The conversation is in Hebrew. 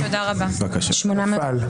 נפל.